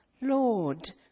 Lord